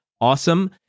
Awesome